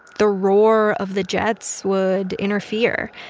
the roar of the jets would interfere,